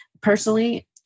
personally